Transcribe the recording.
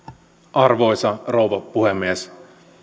arvoisa rouva puhemies